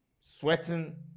Sweating